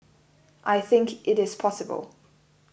I think it is possible